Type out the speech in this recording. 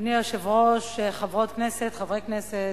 אדוני היושב-ראש, חברות כנסת, חברי כנסת,